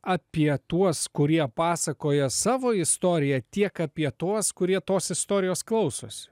apie tuos kurie pasakoja savo istoriją tiek apie tuos kurie tos istorijos klausosi